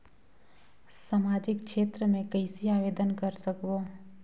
समाजिक क्षेत्र मे कइसे आवेदन कर सकबो?